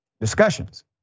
discussions